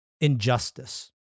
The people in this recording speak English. injustice